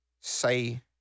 say